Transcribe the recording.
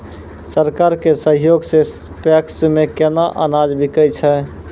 सरकार के सहयोग सऽ पैक्स मे केना अनाज बिकै छै?